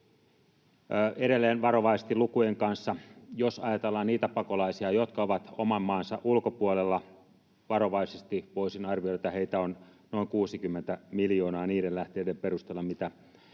Edelleen varovaisesti lukujen kanssa: jos ajatellaan niitä pakolaisia, jotka ovat oman maansa ulkopuolella, niin varovaisesti voisin arvioida, että heitä on noin 60 miljoonaa niiden lähteiden perusteella, mitä olen